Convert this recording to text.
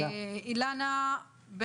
(אומרת דברים בשפת הסימנים, להלן תרגומם.